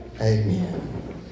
Amen